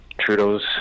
Trudeau's